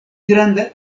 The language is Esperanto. grandan